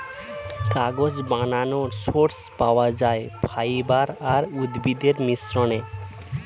কাগজ বানানোর সোর্স পাওয়া যায় ফাইবার আর উদ্ভিদের মিশ্রণে